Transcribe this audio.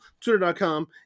Twitter.com